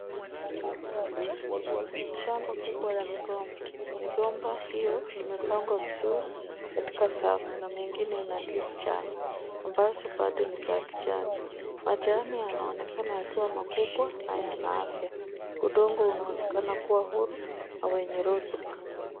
Shamba kubwa la migomba. Migomba hiyo nimepangwa vizuri katika safu, na mengine na ndizi changa, ambazo bado ni za kijani. Majani yanaonekana yakiwa makubwa, na yana afya. Udongo unaonekana kuwa huru au wenye rotuba.